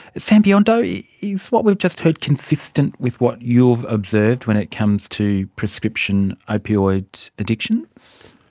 sam biondo, yeah is what we've just heard consistent with what you've observed when it comes to prescription opioid addictions?